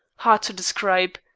hard to describe,